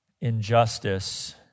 injustice